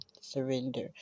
surrender